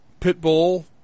Pitbull